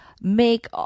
Make